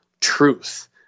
truth